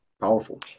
powerful